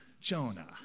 Jonah